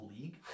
league